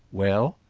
well?